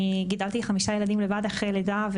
אני גידלתי חמישה ילדים לבד באותה תקופה אחרי לידה,